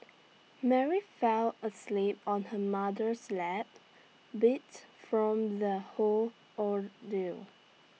Mary fell asleep on her mother's lap beat from the whole ordeal